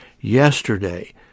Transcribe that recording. yesterday